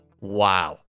Wow